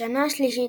בשנה השלישית,